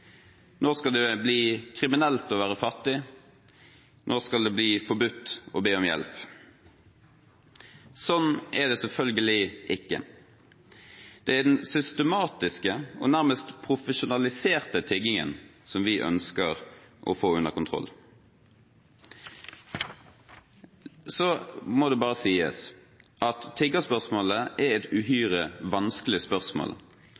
Nå skal det bli kriminelt å være fattig, nå skal det bli forbudt å be om hjelp. Slik er det selvfølgelig ikke. Det er den systematiske og nærmest profesjonaliserte tiggingen som vi ønsker å få under kontroll. Så må det bare sies at tiggerspørsmålet er et uhyre vanskelig spørsmål.